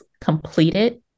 completed